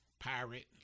Pirate